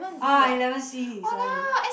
ah eleven C sorry